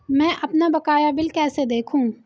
मैं अपना बकाया बिल कैसे देखूं?